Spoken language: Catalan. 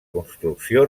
construcció